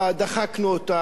דחקנו אותה,